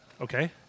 Okay